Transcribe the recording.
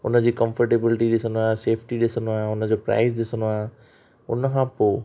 हुनजी कंफर्टेबलटी ॾिसंदो आहियां सेफ्टी ॾिसंदो आहियां हुनजो प्राइस ॾिसंदो आहिया हुनखा पोइ